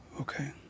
Okay